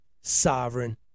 sovereign